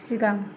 सिगां